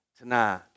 tonight